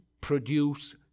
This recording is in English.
produce